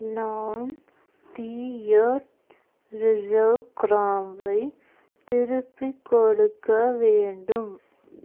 நான் the earth reserve கிராம்பை திருப்பிக் கொடுக்க வேண்டும்